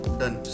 done